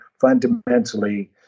fundamentally